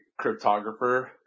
cryptographer